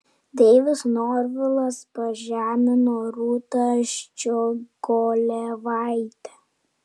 deivis norvilas pažemino rūtą ščiogolevaitę